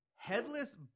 headless